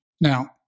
Now